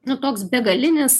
nu toks begalinis